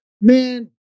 Man